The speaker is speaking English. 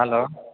hello